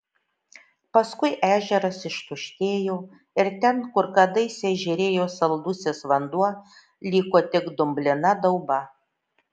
paskui ežeras ištuštėjo ir ten kur kadaise žėrėjo saldusis vanduo liko tik dumblina dauba